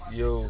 yo